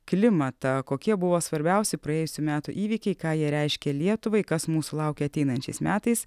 klimatą kokie buvo svarbiausi praėjusių metų įvykiai ką jie reiškė lietuvai kas mūsų laukia ateinančiais metais